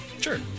Sure